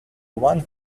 one